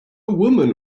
woman